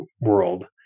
world